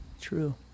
True